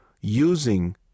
using